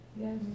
Yes